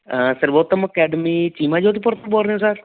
ਸਰਵੋਤਮ ਅਕੈਡਮੀ ਚੀਮਾ ਜੋਧਪੁਰ ਤੋਂ ਬੋਲ ਰਹੇ ਸਰ